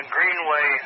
Greenway